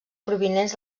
provinents